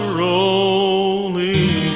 rolling